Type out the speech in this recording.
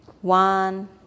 one